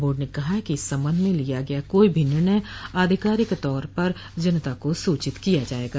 board ने कहा है कि इस सबंध में लिया गया कोई भी निर्णय आधिकारिक तौर पर जनता को सूचित किया जाएगा